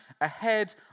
ahead